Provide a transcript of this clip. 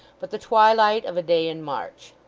but the twilight of a day in march,